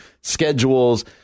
Schedules